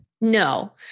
No